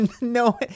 no